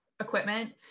equipment